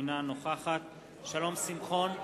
בעד שלום שמחון,